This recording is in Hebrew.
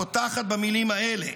הפותחת במילים האלה: